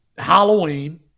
Halloween